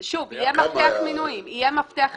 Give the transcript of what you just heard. שוב, יהיה מפתח מנויים.